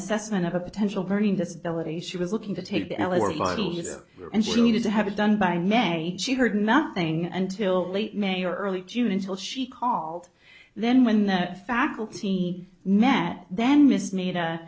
assessment of a potential burning disability she was looking to take the elevator and she needed to have it done by may she heard nothing until late may early june until she called then when that faculty met then miss